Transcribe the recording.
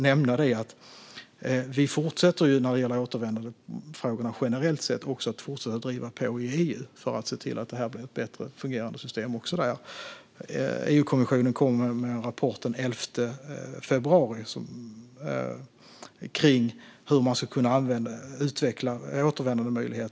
När det gäller återvändandefrågorna generellt fortsätter vi att driva på i EU för att se till att det blir ett fungerande system också där. EU-kommissionen kommer med en rapport den 11 februari kring hur man ska kunna utveckla återvändandemöjligheterna.